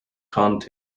contents